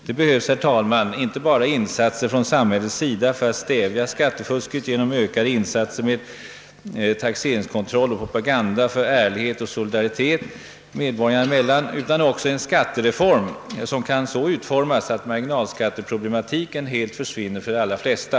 Det behövs, herr talman, inte bara insatser från samhällets sida för att stävja skattefusket genom ökade insatser med taxeringskontroll och propaganda för ärlighet och solidaritet medborgarna emellan utan också en skattereform, som kan så utformas att marginalskatteproblematiken helt försvinner för de allra flesta.